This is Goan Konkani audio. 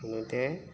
आनी ते